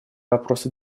вопросы